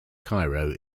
cairo